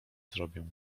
zrobię